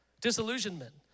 disillusionment